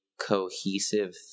cohesive